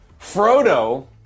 Frodo